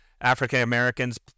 African-Americans